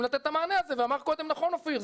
לתת את המענה הזה ואמר קודם נכון אופיר,